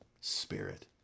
Spirit